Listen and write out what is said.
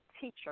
teacher